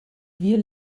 wir